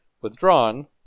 withdrawn